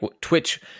Twitch